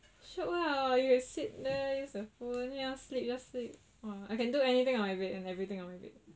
shook ah you sit there use your phone then you want sleep just sleep !wah! I can do anything on my bed and everything on my bed